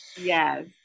Yes